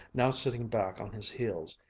now sitting back on his heels,